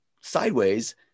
sideways